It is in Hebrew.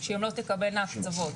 שהן לא תקבלנה הקצבות.